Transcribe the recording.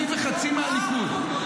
אני וחצי מהליכוד.